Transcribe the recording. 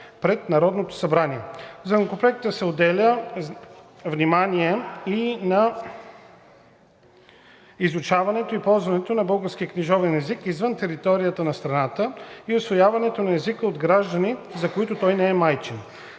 пред Народното събрание. В Законопроекта се отделя внимание на изучаването и ползването на българския книжовен език извън територията на страната и усвояването на езика от граждани, за които той не е майчин.